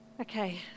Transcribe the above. Okay